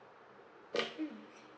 mmhmm